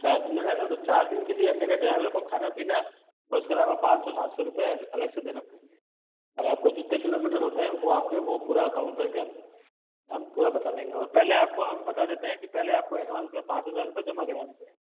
चार दिन रहेगा चार दिन के लिए मेरे ड्राइवर को खाना पीना उसके अलावा पाँच सौ सात सौ रुपए अलग से देना पड़ेंगे और आपको जितने किलोमीटर रुकाय वो आप पे वो आप पूरा काउंट करके हम पूरा बता देंगे और पहले आपको हम बता देते हैं कि पहले आपको एडवांस में पाँच हजार रुपए जमा कराने पड़ेंगे